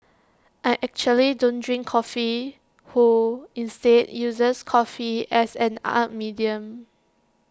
I actually don't drink coffee who instead uses coffee as an art medium